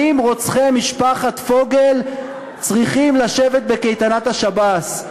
האם רוצחי משפחת פוגל צריכים לשבת בקייטנת השב"ס?